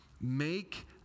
make